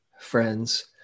friends